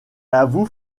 avoue